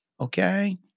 okay